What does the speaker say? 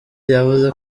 yavuze